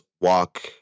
walk